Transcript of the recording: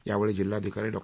यावेळी जिल्हाधिकारी डॉ